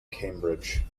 cambridge